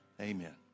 Amen